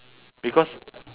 because